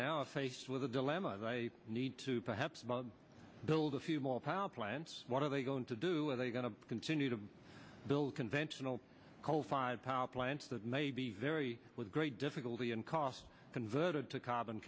are faced with a dilemma they need to perhaps build a few more power plants what are they going to do they are going to continue to build conventional coal fired power plants that may be very with great difficulty and cost converted to c